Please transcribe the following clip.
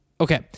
Okay